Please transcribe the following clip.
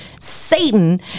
Satan